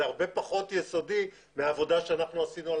זה הרבה פחות יסודי מעבודה שאנחנו עשינו על